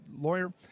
lawyer